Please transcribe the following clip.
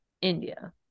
India